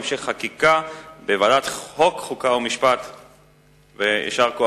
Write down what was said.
לוועדת החוקה, חוק ומשפט נתקבלה.